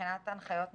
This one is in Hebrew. מבחינת הנחיות נוספות.